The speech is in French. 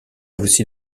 aussi